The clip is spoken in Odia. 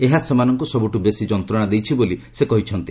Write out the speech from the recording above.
ଏହା ସେମାନଙ୍କୁ ସବୁଠୁ ବେଶି ଯନ୍ତ୍ରଣା ଦେଇଛି ବୋଲି ସେ କହିଛନ୍ତି